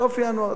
סוף ינואר,